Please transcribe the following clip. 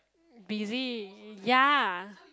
busy ya